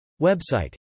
Website